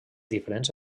diferents